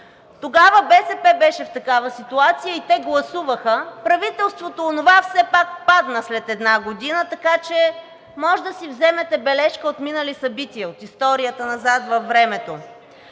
Тогава БСП беше в такава ситуация и те гласуваха – правителството, онова, все пак падна след една година, така че може да си вземете бележка от минали събития, от историята назад във времето.